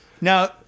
Now